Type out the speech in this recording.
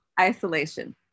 isolation